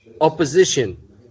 opposition